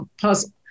puzzle